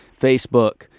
Facebook